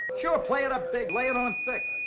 sure, play it up big. lay it on thick.